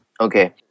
Okay